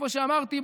כמו שאמרתי,